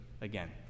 again